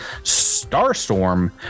Starstorm